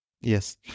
yes